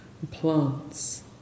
plants